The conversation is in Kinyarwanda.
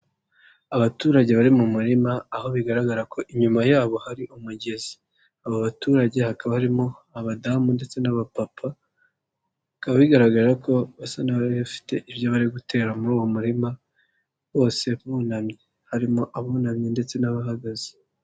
Abaturage bari mu murima aho bigaragara ko inyuma yabo hari umugezi, abo baturage hakaba harimo abadamu ndetse n'abapapa, bigaragara ko basa n'abafite ibyo bari gutera muri uwo murima bose bunamye, harimo abunamye ndetse n'abahagaze.